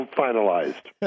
finalized